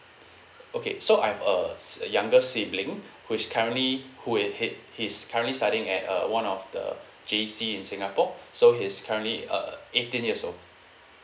okay so I've a s~ younger sibling which currently who is ha~ he's currently studying at uh one of the J_C in singapore so he's currently uh eighteen years old